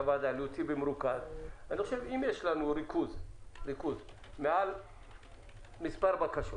אם יש ריכוז מעל מספר בקשות